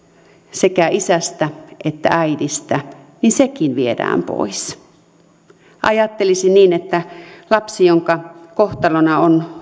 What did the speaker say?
sekä isästä että äidistä viedään pois ajattelisin niin että lapsen jonka kohtalona on